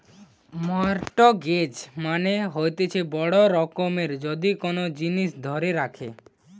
mortgage মানে হতিছে বড় রকমের যদি কোন জিনিস ধরে রাখে